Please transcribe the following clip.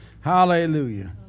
Hallelujah